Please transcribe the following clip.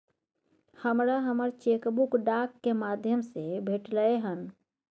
हमरा हमर cheque book डाक के माध्यम से भेटलय हन